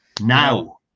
Now